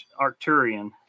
Arcturian